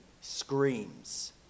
screams